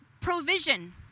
provision